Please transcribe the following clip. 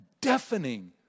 deafening